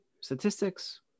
Statistics